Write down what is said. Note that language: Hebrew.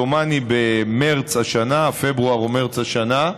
דומני, במרס השנה, פברואר או מרס השנה.